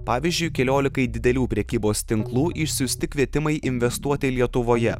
pavyzdžiui keliolikai didelių prekybos tinklų išsiųsti kvietimai investuoti lietuvoje